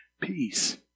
Peace